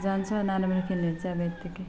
जान्छ नराम्रो खेल्नेहरू चाहिँ अब यत्तिकै